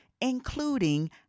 including